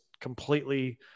completely –